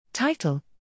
Title